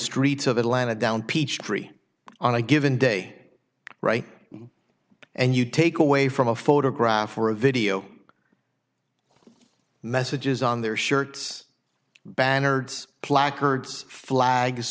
streets of atlanta down peachtree on a given day and you take away from a photograph or a video messages on their shirts banner ads placards flags